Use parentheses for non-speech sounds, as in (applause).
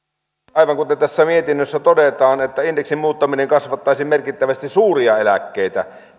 aivan kuten tässä mietinnössä todetaan indeksin muuttaminen kasvattaisi merkittävästi suuria eläkkeitä (unintelligible)